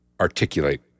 articulate